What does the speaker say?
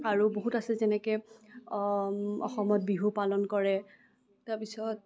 আৰু বহুত আছে যেনেকে অসমত বিহু পালন কৰে তাৰপিছত